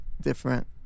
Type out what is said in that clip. different